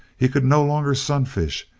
he could no longer sunfish.